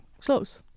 close